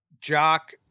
Jock